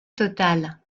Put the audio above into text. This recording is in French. totale